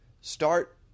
start